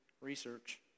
Research